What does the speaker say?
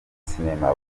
sinema